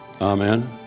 Amen